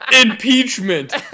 impeachment